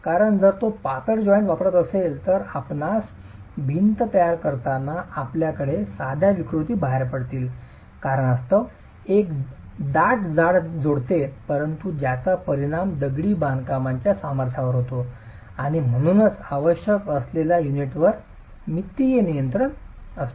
कारण जर तो पातळ जॉइंट वापरत असेल तर आपणास भिंत तयार करताना आपल्याकडे साध्या विकृती बाहेर पडतील कारणास्तव एक दाट जाड जोडते परंतु त्याचा परिणाम दगडी बांधकामच्या सामर्थ्यावर होतो आणि म्हणूनच आवश्यक असलेल्या युनिटवर मितीय नियंत्रण आहे